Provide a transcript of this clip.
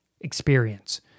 experience